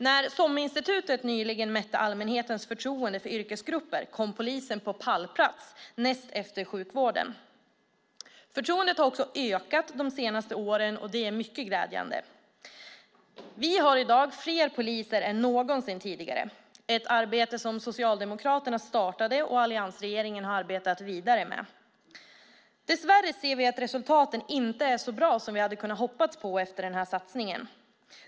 När SOM-institutet nyligen mätte allmänhetens förtroende för yrkesgrupper kom polisen på pallplats näst efter sjukvården. Förtroendet har också ökat de senaste åren, och det är mycket glädjande. Vi har i dag fler poliser än någonsin tidigare. Det är ett arbete som Socialdemokraterna startade och alliansregeringen har arbetat vidare med. Dess värre ser vi att resultaten inte är så bra som vi hade kunnat hoppas på efter denna satsning.